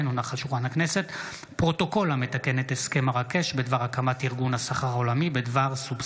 הצעת חוק עידוד תרומות מזון (תיקון),